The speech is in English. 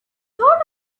thought